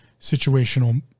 situational